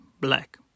black